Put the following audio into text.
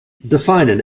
define